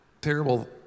terrible